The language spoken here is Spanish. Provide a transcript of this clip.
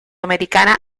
americana